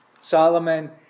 Solomon